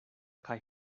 kaj